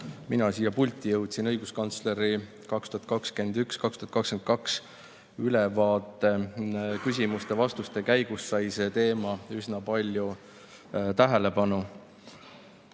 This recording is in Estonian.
mina siia pulti jõudsin. Õiguskantsleri 2021–2022 ülevaate küsimuste-vastuste käigus sai see teema üsna palju tähelepanu.